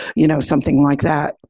you know, something like that.